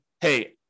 hey